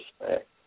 respect